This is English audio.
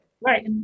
Right